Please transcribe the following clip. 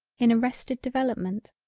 in a rested development.